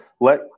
let